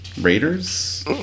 Raiders